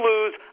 lose